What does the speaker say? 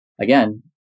again